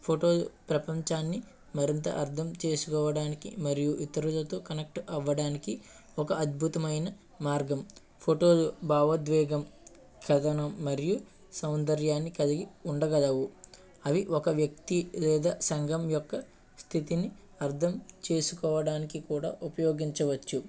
photo ప్రపంచాన్ని మరింత అర్థం చేసుకోవడానికి మరియు ఇతరులతో కనెక్ట్ అవ్వడానికి ఒక అద్భుతమైన మార్గం ఫోటోలు భావోద్వేగం కథనం మరియు సౌందర్యాన్ని కలిగి ఉండగలవు అవి ఒక వ్యక్తి లేదా సంఘం యొక్క స్థితిని అర్థం చేసుకోవడానికి కూడా ఉపయోగించవచ్చు